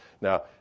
Now